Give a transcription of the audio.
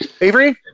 Avery